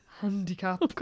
handicap